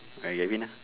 !aiya! you win lah